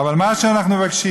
אבל מה שאנחנו מבקשים,